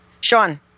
Sean